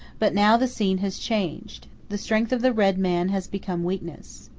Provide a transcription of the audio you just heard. but now the scene has changed. the strength of the red man has become weakness.